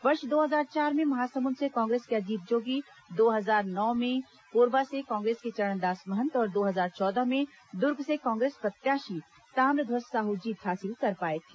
वर्ष दो हजार चार में महासमुंद से कांग्रेस के अजीत जोगी दो हजार नौ में कोरबा से कांग्रेस के चरणदास महंत और दो हजार चौदह में दुर्ग से कांग्रेस प्रत्याशी ताम्रध्वज साहू जीत हासिल कर पाए थे